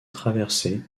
traverser